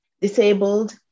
disabled